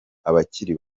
abakiri